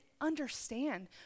understand